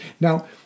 Now